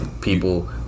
People